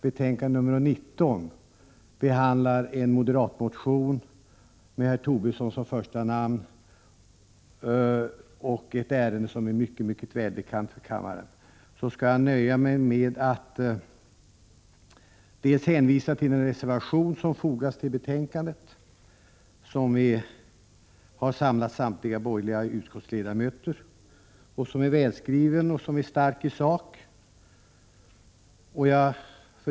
Betänkande 19 behandlar en moderat motion med Lars Tobisson som första namn. Ärendet är mycket välbekant för kammaren. Kammarens tidsschema är pressat, och jag skall därför nöja mig med att hänvisa till den reservation som fogats till betänkandet. Reservationen har samlat samtliga borgerliga utskottsledamöter, den är välskriven och stark i sak.